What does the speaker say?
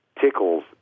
tickles